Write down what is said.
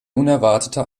unerwarteter